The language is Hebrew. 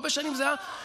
הרבה שנים זה היה קטן,